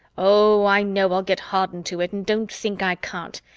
oh, i know i'll get hardened to it, and don't think i can't.